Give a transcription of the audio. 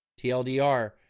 TLDR